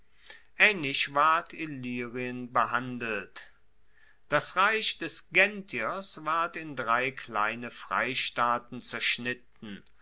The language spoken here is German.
aehnlich ward illyrien behandelt das reich des genthios ward in drei kleine freistaaten zerschnitten